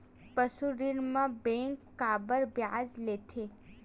पशु ऋण म बैंक काबर ब्याज लेथे?